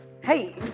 Hey